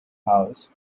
house